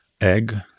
egg